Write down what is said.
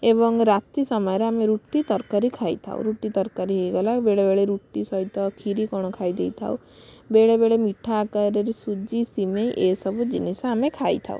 ଏବଂ ରାତି ସମୟରେ ଆମେ ରୁଟି ତରକାରି ଖାଇଥାଉ ରୁଟି ତରକାରି ହେଇଗଲା ବେଳେବେଳେ ରୁଟି ସହିତ ଖିରି କ'ଣ ଖାଇ ଦେଇଥାଉ ବେଳେବେଳେ ମିଠା ଆକାରରେ ସୁଜି ସିମେଁଇ ଏଇସବୁ ଜିନିଷ ଆମେ ଖାଇଥାଉ